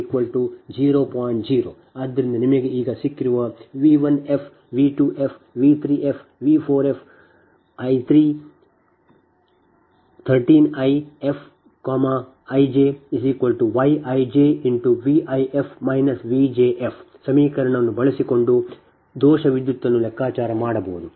ಆದ್ದರಿಂದ ನಿಮಗೆ ಈಗ ಸಿಕ್ಕಿರುವ V 1f V 2f V 3f V 4f 13 I f ij y ij V if V jf ಸಮೀಕರಣವನ್ನು ಬಳಸಿಕೊಂಡು ದೋಷ ವಿದ್ಯುತ್ಅನ್ನು ಲೆಕ್ಕಾಚಾರ ಮಾಡಬಹುದು